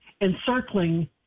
encircling